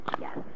Yes